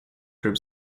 group